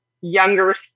younger